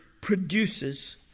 produces